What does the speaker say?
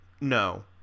no